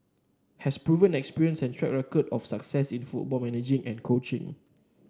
has proven experience and track record of success in football management and coaching